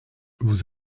vous